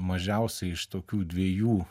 mažiausiai iš tokių dviejų